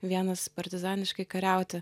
vienas partizaniškai kariauti